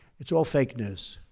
it's all fake news.